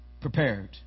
prepared